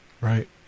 Right